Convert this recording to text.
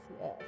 yes